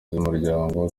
z’umuryango